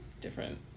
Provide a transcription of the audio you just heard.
different